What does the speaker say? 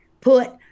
put